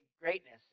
greatness